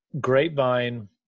Grapevine